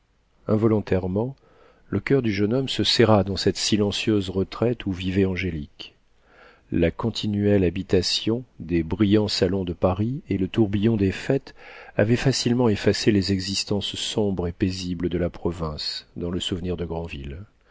involontairement le coeur du jeune homme se serra dans cette silencieuse retraite où vivait angélique la continuelle habitation des brillants salons de paris et le tourbillon des fêtes avaient facilement effacé les existences sombres et paisibles de la province dans le souvenir de